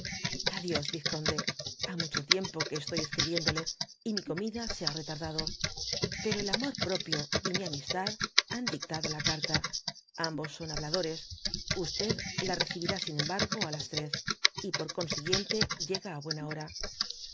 dios vizconde ha mucho tiempo que estoy escribiéndole y mi comida se ha retardado pero el amor propio y mi amistad han dictado la carta ambos son habladores la recibirá sin embargo á las tres y por consiguiente uega á buena hora